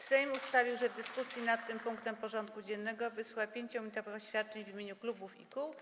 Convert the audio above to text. Sejm ustalił, że w dyskusji nad tym punktem porządku dziennego wysłucha 5-minutowych oświadczeń w imieniu klubów i kół.